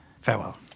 Farewell